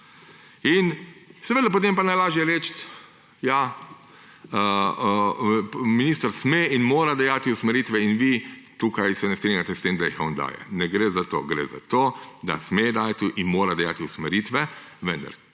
In potem je najlažje reči – Ja, minister sme in mora dajati usmeritve in vi se tukaj ne strinjate s tem, da jih on daje. Ne gre za to. Gre za to, da sme dajati in mora dajati usmeritve, vendar